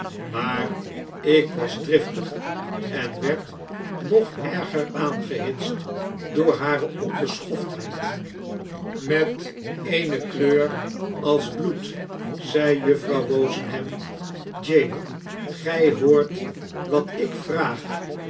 maar ik was driftig en werd nog erger aangehitst door hare onbeschoftheid met eene kleur als bloed zei juffrouw wozenham jane gij hoort wat ik vraag